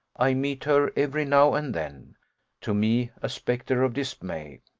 i meet her every now and then to me a spectre of dismay.